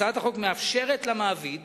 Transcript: הצעת החוק מאפשרת למעביד